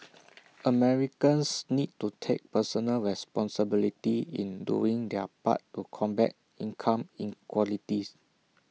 Americans need to take personal responsibility in doing their part to combat income inequalities